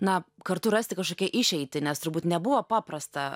na kartu rasti kažkokią išeitį nes turbūt nebuvo paprasta